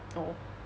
oh